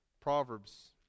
proverbs